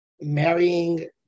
marrying